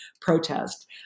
protest